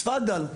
ת'פדל.